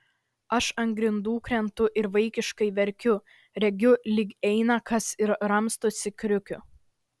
aš ant grindų krentu ir vaikiškai verkiu regiu lyg eina kas ir ramstosi kriukiu